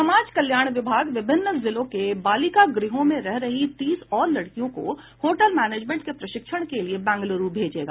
समाज कल्याण विभाग विभिन्न जिलों के बालिका गृहों में रह रहीं तीस और लड़कियों को होटल मैनेजमेंट के प्रशिक्षण के लिए बेंगलुरू भेजेगा